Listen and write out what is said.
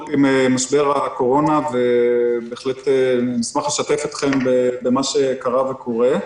עם משבר הקורונה ובהחלט נשמח לשתף אתכם במה שקרה וקורה.